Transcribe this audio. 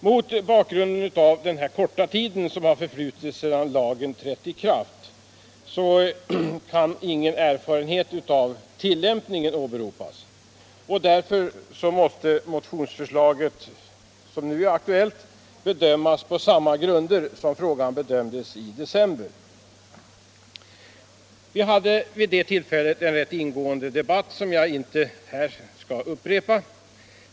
Mot bakgrund av den korta tid som förflutit sedan lagen trätt i kraft kan ingen erfarenhet av tillämpningen åberopas. Därför måste motionsförslaget bedömas på samma grunder som när man bedömde frågan i december förra året. Vi hade vid det tillfället en ganska ingående debatt, som jag här inte skall upprepa.